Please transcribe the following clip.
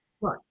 Right